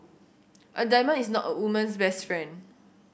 a diamond is not a woman's best friend